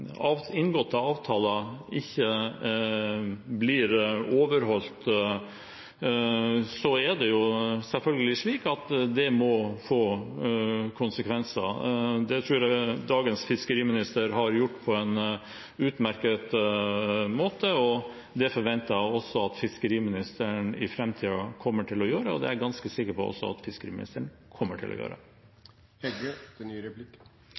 inngåtte avtaler ikke blir overholdt, er det selvfølgelig slik at det må få konsekvenser. Det tror jeg dagens fiskeriminister har gjort på en utmerket måte. Det forventer jeg også at fiskeriministeren i framtiden kommer til å gjøre, og det er jeg også ganske sikker på at fiskeriministeren kommer til å